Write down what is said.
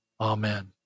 Amen